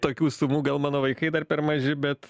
tokių sumų gal mano vaikai dar per maži bet